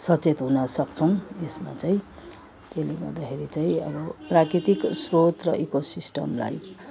सचेत हुन सक्छौँ यसमा चाहिँ त्यसले गर्दाखेरि चाहिँ अब प्राकृतिक स्रोत र इकोसिस्टमलाई चाहिँ